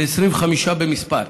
כ-25 במספר,